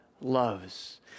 loves